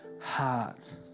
heart